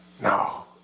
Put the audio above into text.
No